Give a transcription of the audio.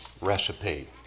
recipe